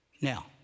now